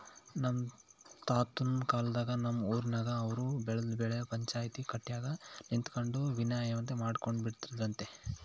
ನಮ್ ತಾತುನ್ ಕಾಲದಾಗ ನಮ್ ಊರಿನಾಗ ಅವ್ರು ಬೆಳ್ದ್ ಬೆಳೆನ ಪಂಚಾಯ್ತಿ ಕಟ್ಯಾಗ ನಿಂತಕಂಡು ವಿನಿಮಯ ಮಾಡಿಕೊಂಬ್ತಿದ್ರಂತೆ